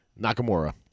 Nakamura